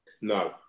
No